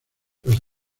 los